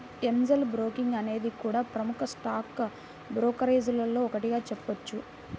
Angel broking అనేది కూడా ప్రముఖ స్టాక్ బ్రోకరేజీల్లో ఒకటిగా చెప్పొచ్చు